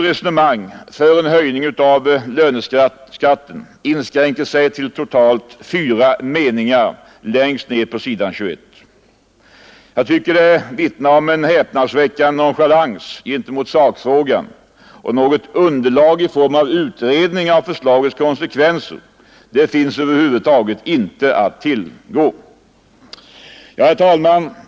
Resonemanget för en höjning av löneskatten inskränker sig till totalt fyra meningar längst ned på s. 21 i skatteutskottets betänkande nr 32. Detta vittnar om en häpnadsväckande nonchalans i sakfrågan, och något underlag i form av utredning av förslagets konsekvenser finns över huvud taget inte att tillgå. Herr talman!